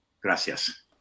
Gracias